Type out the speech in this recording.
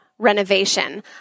renovation